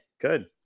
good